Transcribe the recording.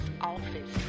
office